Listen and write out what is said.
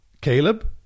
Caleb